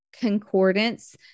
Concordance